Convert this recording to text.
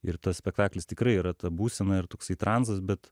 ir tas spektaklis tikrai yra ta būsena ir toksai tranzas bet